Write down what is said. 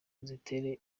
zitera